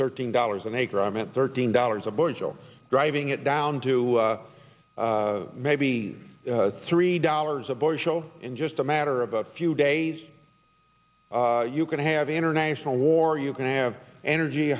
thirteen dollars an acre i mean thirteen dollars a bushel driving it down to maybe three dollars a bushel in just a matter of a few days you can have international war you can have energy